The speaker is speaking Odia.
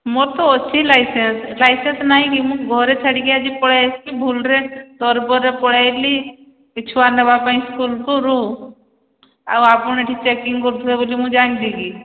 ମୋର ତ ଅଛି ଲାଇସେନ୍ସ ଲାଇସେନ୍ସ ନାହିଁକି ମୁଁ ଘରେ ଛାଡ଼ିକି ଆଜି ପଳେଇ ଆସିଛି ଭୁଲରେ ତରବରରେ ପଳେଇ ଆଇଲି ଛୁଆ ନେବା ପାଇଁ ସ୍କୁଲକୁ ଆଉ ଆପଣ ଏଠି ଚେକିଂ କରୁଥିବେ ବୋଲି ମୁଁ ଜାଣିଛି କି